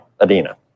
Adina